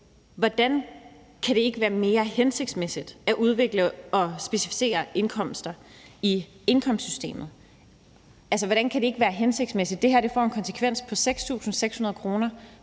Hvordan kan det ikke være mere hensigtsmæssigt at udvikle og specificere indkomster i indkomstsystemet? Hvordan kan det ikke